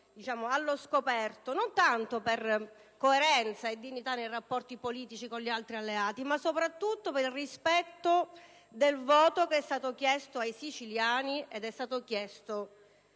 allo scoperto: non tanto per coerenza e dignità nei rapporti politici con gli altri alleati ma, soprattutto, per rispetto del voto chiesto ai siciliani e alle